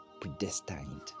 predestined